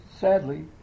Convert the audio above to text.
sadly